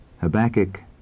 Habakkuk